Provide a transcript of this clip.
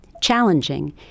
challenging